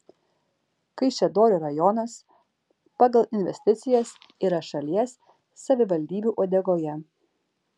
kaišiadorių rajonas pagal investicijas yra šalies savivaldybių uodegoje